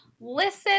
Listen